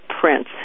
prince